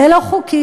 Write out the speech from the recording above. זה לא חוקי,